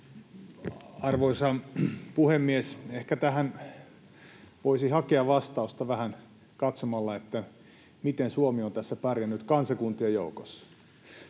Arvoisa puhemies! Ehkä tähän voisi hakea vastausta katsomalla vähän, miten Suomi on tässä pärjännyt kansakuntien joukossa.